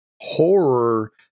horror